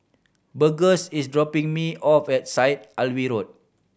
Burgess is dropping me off at Syed Alwi Road